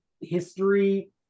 history